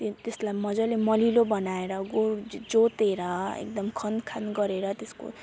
त्य त्यसलाई मज्जाले मलिलो बनाएर गोरु जोतेर एकदम खनखान गरेर त्यसको